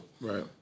Right